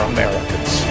Americans